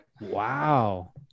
Wow